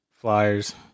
Flyers